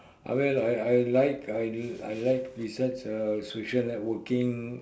I mean I I like I I like besides uh social networking